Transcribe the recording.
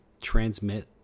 transmit